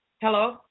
Hello